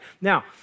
Now